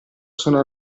sono